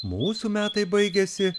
mūsų metai baigėsi